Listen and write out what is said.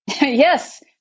Yes